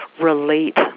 relate